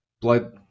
Blood